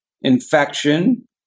infection